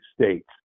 states